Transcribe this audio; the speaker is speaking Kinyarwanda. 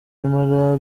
nyamara